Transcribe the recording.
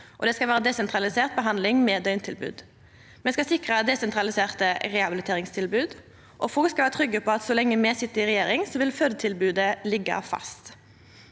det skal vere desentralisert behandling med døgntilbod. Me skal sikra desentraliserte rehabiliteringstilbod, og folk skal vera trygge på at så lenge me sit i regjering, vil fødetilbodet liggja fast.